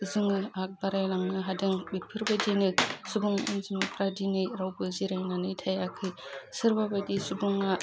जोङो आग बाराय लांनो हादों बेफोरबायदिनो सुबुं अनजिमाफ्रा दिनै रावबो जिरायनानै थायाखै सोरबा बायदि सुबुङा